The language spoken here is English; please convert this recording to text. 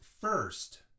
first